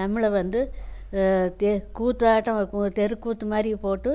தமிழை வந்து தே கூத்தாட்டம் தெருக்கூத்து மாதிரி போட்டு